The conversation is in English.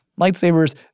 lightsabers